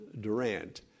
Durant